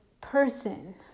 person